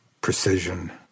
precision